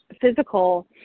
physical